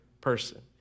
person